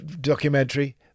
documentary